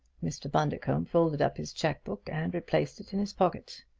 mr. bundercombe folded up his checkbook and replaced it in his pocket.